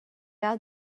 out